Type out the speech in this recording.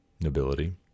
nobility